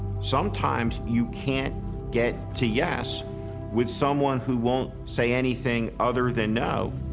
sometimes, you can't get to yes with someone who won't say anything other than no.